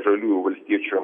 žaliųjų valstiečių